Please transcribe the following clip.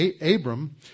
Abram